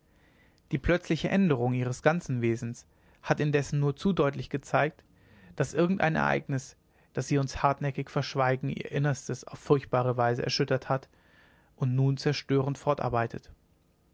die plötzliche änderung ihres ganzen wesens hat indessen nur zu deutlich gezeigt daß irgendein ereignis das sie uns hartnäckig verschweigen ihr inneres auf furchtbare weise erschüttert hat und nun zerstörend